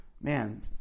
man